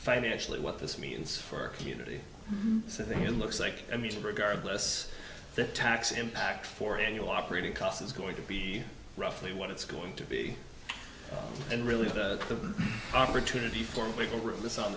financially what this means for a community sitting in looks like i mean regardless the tax impact for annual operating costs is going to be roughly what it's going to be and really the opportunity for